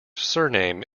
surname